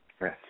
yes